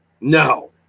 No